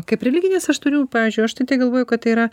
kaip religinis aš turiu pavyzdžiui aš tai galvoju kad tai yra